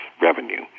revenue